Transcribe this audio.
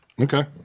Okay